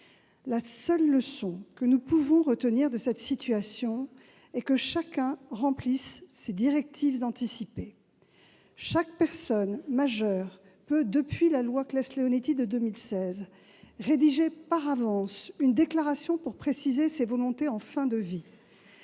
La seule leçon que nous pouvons retenir de cette situation, c'est que chacun remplisse ses directives anticipées. Chaque personne majeure peut, depuis la loi Claeys-Leonetti de 2016, rédiger par avance une déclaration pour préciser ses volontés en fin de vie.